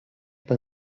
pan